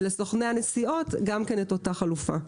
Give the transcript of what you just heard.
ולסוכני הנסיעות את אותה חלופה.